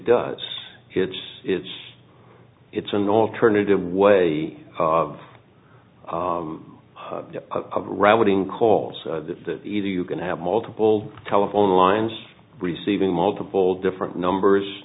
does it's it's it's an alternative way of rallying call that either you can have multiple telephone lines receiving multiple different numbers